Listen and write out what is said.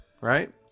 right